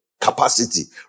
capacity